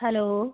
hello